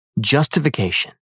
justification